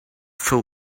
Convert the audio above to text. full